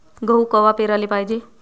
गहू कवा पेराले पायजे?